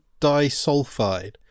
disulfide